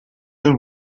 政府